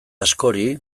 askori